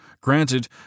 Granted